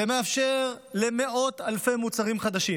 זה מאפשר למאות אלפי מוצרים חדשים